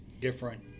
different